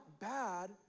bad